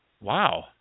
Wow